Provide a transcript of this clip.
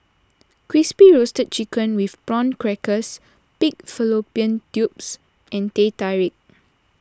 Crispy Roasted Chicken with Prawn Crackers Pig Fallopian Tubes and Teh Tarik